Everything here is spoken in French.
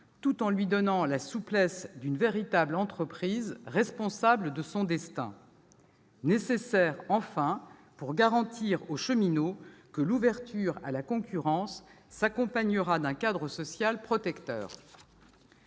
tout en lui donnant la souplesse d'une véritable entreprise, responsable de son destin ; nécessaire enfin pour garantir aux cheminots que l'ouverture à la concurrence s'accompagnera d'un cadre social protecteur.